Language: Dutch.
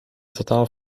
totaal